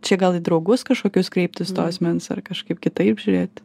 čia gal į draugus kažkokius kreiptis to asmens ar kažkaip kitaip žiūrėt